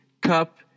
Cup